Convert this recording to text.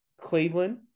Cleveland